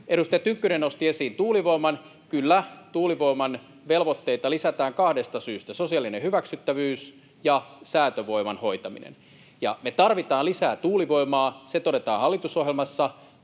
Edustaja Tynkkynen nosti esiin tuulivoiman. Kyllä, tuulivoiman velvoitteita lisätään kahdesta syystä: sosiaalinen hyväksyttävyys ja säätövoiman hoitaminen. Me tarvitaan lisää tuulivoimaa, se todetaan hallitusohjelmassa,